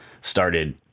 started